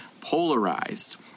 polarized